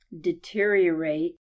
deteriorate